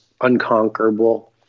unconquerable